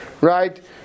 right